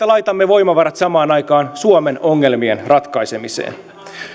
laitamme voimavarat samaan aikaan suomen ongelmien ratkaisemiseen